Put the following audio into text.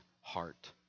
heart